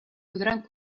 podran